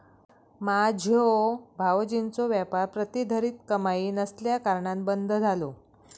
माझ्यो भावजींचो व्यापार प्रतिधरीत कमाई नसल्याकारणान बंद झालो